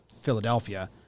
Philadelphia